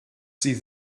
sydd